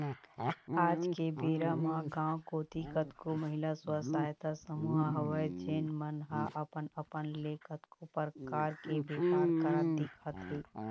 आज के बेरा म गाँव कोती कतको महिला स्व सहायता समूह हवय जेन मन ह अपन अपन ले कतको परकार के बेपार करत दिखत हे